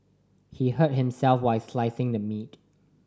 he hurt himself while slicing the meat